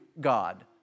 God